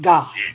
God